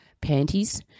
panties